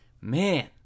man